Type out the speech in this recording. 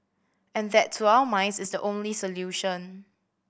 and that to our minds is the only solution